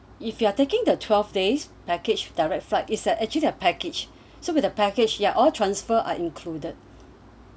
if you are taking the twelve days package direct flight is at actually their package so with a package ya all transfer are included